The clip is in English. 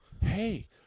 hey